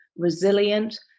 Resilient